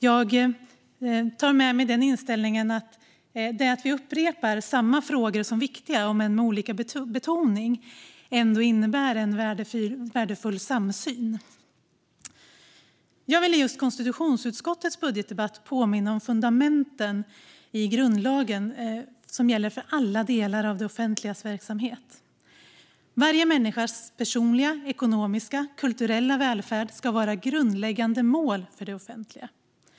Jag har inställningen att det faktum att vi upprepar samma frågor och ser dem som viktiga, om än med olika betoning, ändå innebär en värdefull samsyn. Jag vill i just konstitutionsutskottets budgetdebatt påminna om fundamenten i grundlagen, som gäller för alla delar av det offentligas verksamhet. Varje människas personliga, ekonomiska och kulturella välfärd ska vara grundläggande mål för det offentliga.